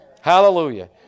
Hallelujah